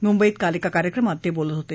मुंबईत काल एका कार्यक्रमात ते बोलत होते